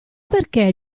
perché